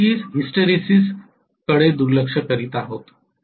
आम्ही नक्कीच हिस्टरेसिसकडे दुर्लक्ष करीत आहोत